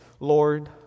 Lord